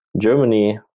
germany